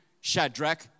Shadrach